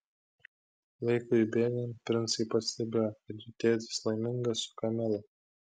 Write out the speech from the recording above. laikui bėgant princai pastebėjo kad jų tėtis laimingas su kamila